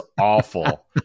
awful